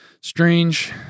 strange